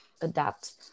adapt